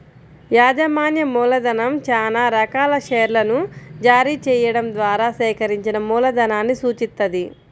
యాజమాన్య మూలధనం చానా రకాల షేర్లను జారీ చెయ్యడం ద్వారా సేకరించిన మూలధనాన్ని సూచిత్తది